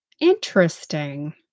Interesting